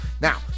Now